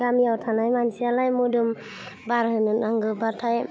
गामियाव थानाय मानसियालाय मोदोम बारहोनो नांगोबाथाय